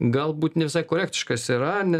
galbūt ne visai korektiškas yra